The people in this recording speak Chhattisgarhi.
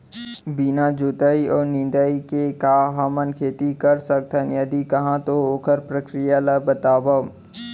बिना जुताई अऊ निंदाई के का हमन खेती कर सकथन, यदि कहाँ तो ओखर प्रक्रिया ला बतावव?